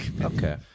okay